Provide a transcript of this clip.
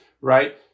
right